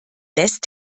lässt